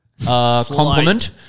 compliment